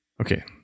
Okay